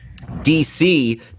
DC